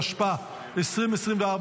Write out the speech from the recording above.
התשפ"ה 2024,